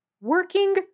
working